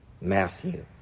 Matthew